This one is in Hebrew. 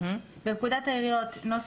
תיקון פקודת העיריות 9. בפקודת העיריות‏,